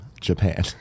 Japan